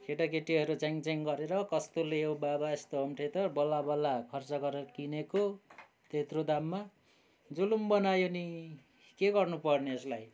केटाकेटीहरू च्याङच्याङ गरेर कस्तो लियो हौ बाबा यस्तो होम थिएटर बल्लबल्ल खर्च गरेर किनेको त्यत्रो दाममा जुलुम बनायो नि के गर्नु पर्ने यसलाई